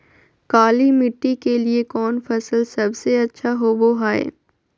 काली मिट्टी के लिए कौन फसल सब से अच्छा होबो हाय?